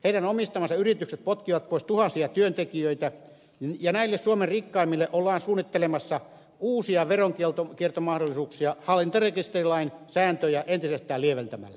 heidän omistamansa yritykset potkivat pois tuhansia työntekijöitä ja näille suomen rikkaimmille ollaan suunnittelemassa uusia veronkiertomahdollisuuksia hallintarekisterilain sääntöjä entisestään lieventämällä